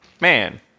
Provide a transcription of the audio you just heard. man